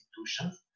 institutions